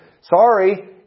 Sorry